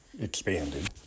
expanded